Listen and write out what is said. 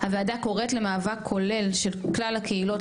הוועדה קוראת למאבק כולל של כלל הקהילות,